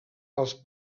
els